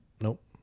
Nope